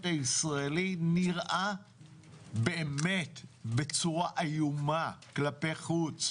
הישראלי נראה באמת בצורה איומה כלפי חוץ .